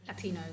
Latinos